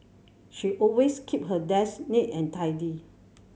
she always keep her desk neat and tidy